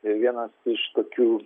vienas iš tokių